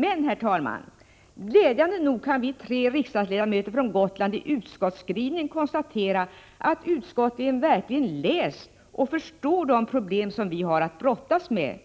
Men, herr talman, glädjande nog kan vi tre riksdagsledamöter från Gotland i utskottsskrivningen konstatera att utskottet verkligen förstår de problem vi har att brottas med.